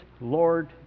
Lord